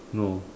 no